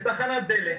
בתחנת דלק,